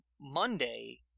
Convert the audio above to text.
Monday